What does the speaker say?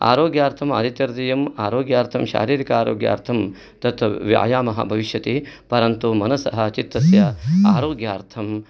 आरोग्यार्थं आदित्यहृदयम् आरोग्यार्थं शारीरिक आरोग्यार्थं तत् व्यायामः भविष्यतिः परन्तु मनसः चित्तस्य आरोग्यार्थं